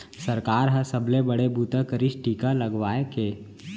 सरकार ह सबले बड़े बूता करिस टीका लगवाए के